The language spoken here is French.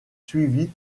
suivies